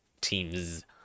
teams